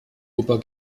ober